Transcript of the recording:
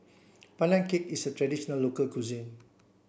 Pandan Cake is a traditional local cuisine